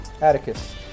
Atticus